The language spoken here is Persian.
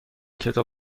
کتاب